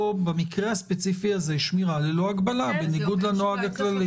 במקרה הספציפי הזה שמירה ללא הגבלה בניגוד לנוהג הכללי.